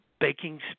Baking